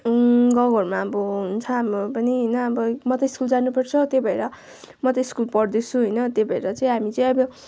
गाउँ घरमा अब हुन्छ हाम्रो पनि होइन अब म त स्कुल जानु पर्छ त्यही भएर म त स्कुल पढ्दैछु होइन त्यही भएर चाहिँ हामी चाहिँ अब